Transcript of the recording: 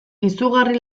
izugarri